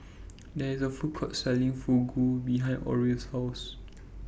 There IS A Food Court Selling Fugu behind Orie's House